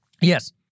Yes